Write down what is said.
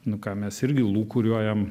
nu ką mes irgi lūkuriuojam